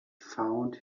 found